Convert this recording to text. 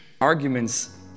arguments